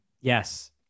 Yes